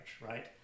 right